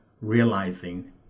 realizing